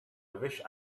wished